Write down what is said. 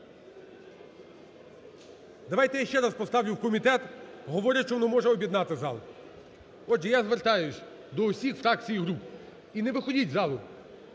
Давайте я ще раз поставлю в комітет, говорять, що воно може об'єднати зал. Отже, я звертаюсь до усіх фракцій і груп. І не виходьте з залу.